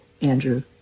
Andrew